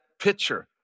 picture